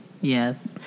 Yes